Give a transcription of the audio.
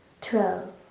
twelve